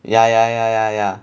ya ya ya ya ya